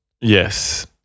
Yes